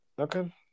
Okay